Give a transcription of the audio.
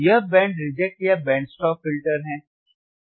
यह band reject या band stop filter है